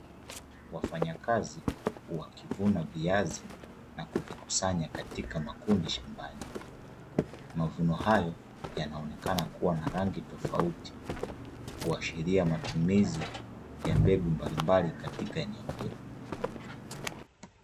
Wafanyakazi wakivuna viazi na kuvikusanya katika makundi shambani, mavuno hayo yanaonekana kuwa na rangi tofauti kuashiria matumizi ya mbegu mbalimbali katika eneo hilo.